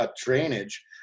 drainage